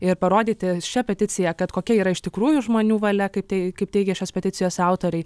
ir parodyti šia peticija kad kokia yra iš tikrųjų žmonių valia kaip tai kaip teigia šios peticijos autoriai